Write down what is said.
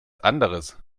anderes